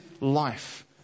life